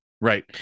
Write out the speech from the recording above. Right